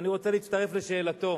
ואני רוצה להצטרף לשאלתו.